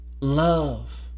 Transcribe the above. love